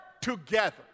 together